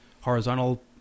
horizontal